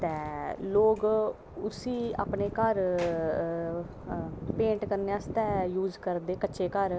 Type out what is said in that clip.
ते लोग उसी अपने घर पेंट करने आस्तै यूज़ करदे कच्चे घर